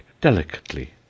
delicately